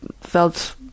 felt